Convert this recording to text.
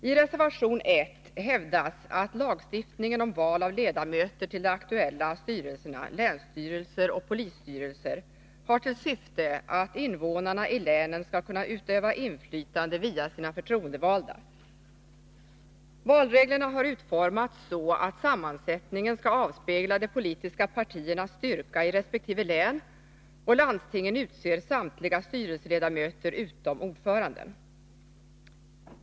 I reservation 1 hävdas att lagstiftningen om val av ledamöter till de aktuella styrelserna, länsstyrelser och polisstyrelser, har till syfte att invånarna i länen skall kunna utöva inflytande via sina förtroendevalda. Valreglerna har utformats så att sammansättningen skall avspegla de politiska partiernas styrka i resp. län, och landstingen utser samtliga styrelseledamöter utom ordföranden.